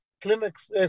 clinics